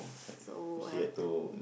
so I have to